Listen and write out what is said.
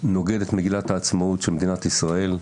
נוגד את מגילת העצמאות של מדינת ישראל,